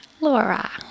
laura